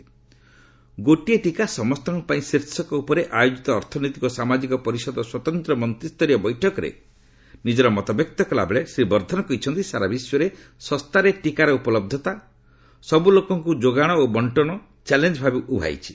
'ଗୋଟିଏ ଟିକା ସମସ୍ତଙ୍କ ପାଇଁ' ଶୀର୍ଷକ ଉପରେ ଆୟୋଜିତ ଅର୍ଥନୈତିକ ଓ ସାମାଜିକ ପରିଷଦ ସ୍ୱତନ୍ତ୍ର ମନ୍ତ୍ରୀଷ୍ଠରୀୟ ବୈଠକରେ ନିଜର ମତବ୍ୟକ୍ତ କଲାବେଳେ ଶ୍ରୀ ବର୍ଦ୍ଧନ କହିଛନ୍ତି ସାରା ବିଶ୍ୱରେ ଶସ୍ତାରେ ଟିକାର ଉପଲହତା ସବୁ ଲୋକଙ୍କୁ ଯୋଗାଣ ବଣ୍ଟନ ଚ୍ୟାଲେଞ୍ଜ ଭାବେ ଉଭା ହୋଇଛି